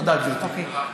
תודה, גברתי.